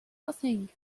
nothing